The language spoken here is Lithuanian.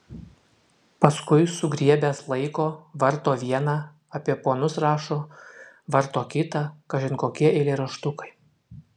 paskui sugriebęs laiko varto vieną apie ponus rašo varto kitą kažin kokie eilėraštukai